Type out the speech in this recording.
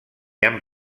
han